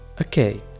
Okay